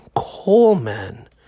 Coleman